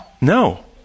No